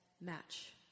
match